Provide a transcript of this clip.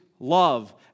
Love